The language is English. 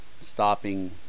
stopping